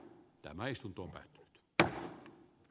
tämä istuntoon esille toi